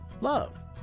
Love